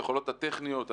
היכולות הטכניות.